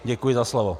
Děkuji za slovo.